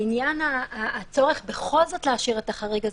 לעניין הצורך בכל זאת לאשר את החריג הזה,